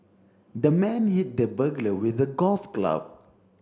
the man hit the burglar with a golf club